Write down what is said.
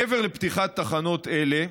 מעבר לפתיחת תחנות אלו,